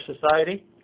Society